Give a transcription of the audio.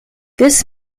this